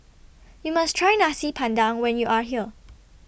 YOU must Try Nasi Padang when YOU Are here